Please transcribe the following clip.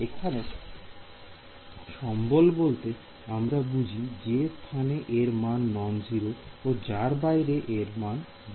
এখানে সম্বল বলতে আমরা বুঝি যে স্থানে এর মান নন 0 ও যার বাইরে এর মান 0